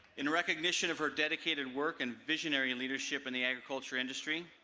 in recognition of her dedicated work and visionary leadership in the agriculture industry,